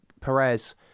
Perez